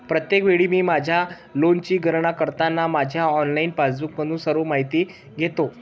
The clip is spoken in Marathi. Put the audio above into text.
प्रत्येक वेळी मी माझ्या लेनची गणना करताना माझ्या ऑनलाइन पासबुकमधून सर्व माहिती घेतो